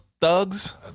thugs